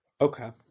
okay